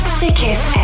sickest